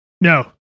No